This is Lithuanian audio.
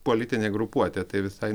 politinė grupuotė tai visai